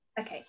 Okay